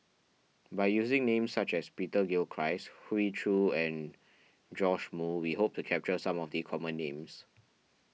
by using names such as Peter Gilchrist Hoey Choo and Joash Moo we hope to capture some of the common names